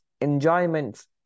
enjoyments